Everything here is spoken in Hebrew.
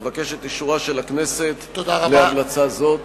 אבקש את אישורה של הכנסת להמלצה זו.